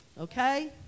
okay